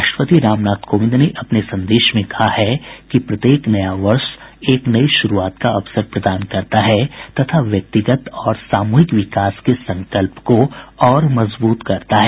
राष्ट्रपति रामनाथ कोविंद ने अपने संदेश में कहा है कि प्रत्येक नया वर्ष एक नई शुरूआत का अवसर प्रदान करता है तथा व्यक्तिगत और सामूहिक विकास के संकल्प को और मजबूत करता है